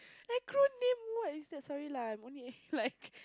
acronym what is that sorry lah I'm only A like